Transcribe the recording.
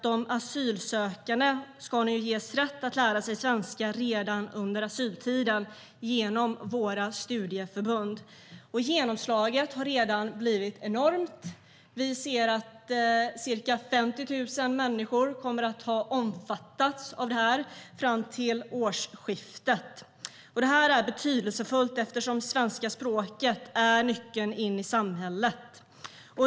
De asylsökande ska nu ges rätt att lära sig svenska redan under asyltiden genom våra studieförbund. Genomslaget har redan blivit enormt. Vi ser att ca 50 000 människor kommer att ha omfattats av detta fram till årsskiftet. Det är betydelsefullt eftersom svenska språket är nyckeln in i samhället.